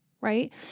Right